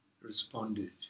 Responded